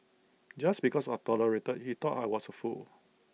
just because I tolerated he thought I was A fool